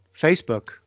Facebook